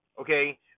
okay